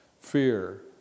fear